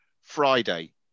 Friday